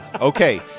Okay